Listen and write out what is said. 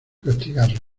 castigarlo